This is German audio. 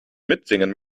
mitsingen